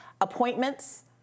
appointments